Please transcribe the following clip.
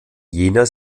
jener